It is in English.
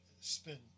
spin